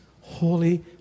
holy